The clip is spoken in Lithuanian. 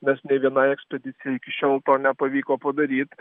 nes nei vienai ekspedicijai iki šiol to nepavyko padaryt